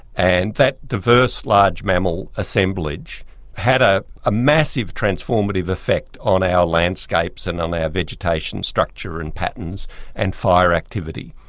and that diverse large mammal assemblage had a ah massive transformative effect on our landscapes and um on our vegetation structure and patterns and fire activity.